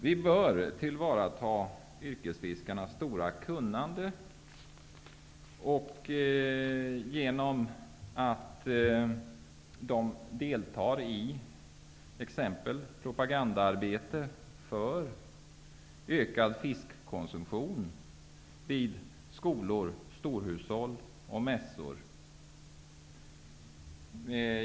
Vi bör tillvarata yrkesfiskarnas stora kunnande genom att de deltar i t.ex. propagandaarbete vid skolor, storhushåll och mässor för ökad fiskkonsumtion.